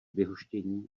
vyhoštění